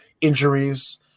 injuries